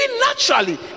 naturally